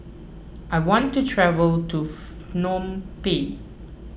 I want to travel to Phnom Penh